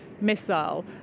missile